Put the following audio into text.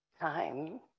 time